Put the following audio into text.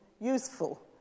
useful